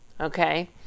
okay